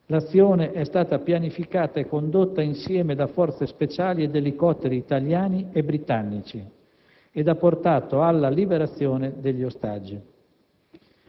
L'azione è stata pianificata e condotta insieme da forze speciali ed elicotteri italiani e britannici ed ha portato alla liberazione degli ostaggi.